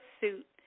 suit